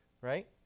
right